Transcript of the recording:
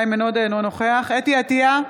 אינו נוכח חוה אתי עטייה,